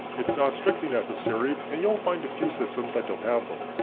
it's not strictly necessary and you'll find a few systems that don't have them.